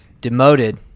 demoted